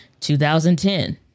2010